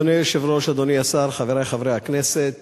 אדוני היושב-ראש, אדוני השר, חברי חברי הכנסת,